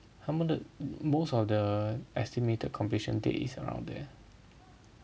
他们的 most of the estimated completion date is around there